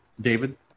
David